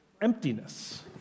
emptiness